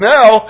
now